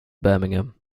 birmingham